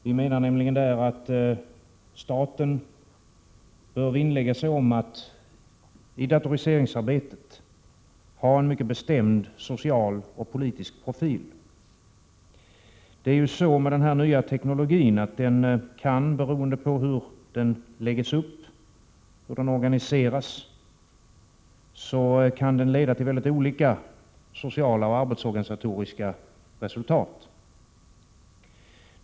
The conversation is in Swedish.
Vi menar nämligen att staten bör vinnlägga sig om att ha en mycket bestämd social och politisk profil i datoriseringsarbetet. Det är ju så med denna nya teknologi att den kan, beroende på hur den läggs upp och organiseras, leda till väldigt olika sociala och arbetsorganisatoriska resultat.